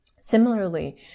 similarly